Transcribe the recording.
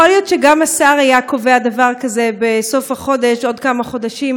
יכול להיות שגם השר היה קובע דבר כזה בסוף החודש או עוד כמה חודשים,